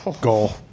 goal